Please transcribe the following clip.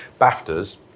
BAFTAs